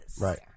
right